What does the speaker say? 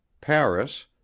Paris